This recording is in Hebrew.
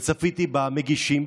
וצפיתי במגישים,